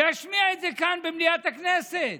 להשמיע את זה כאן במליאת הכנסת.